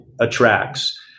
attracts